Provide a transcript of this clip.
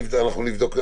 אנחנו נבדוק.